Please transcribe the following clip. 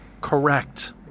correct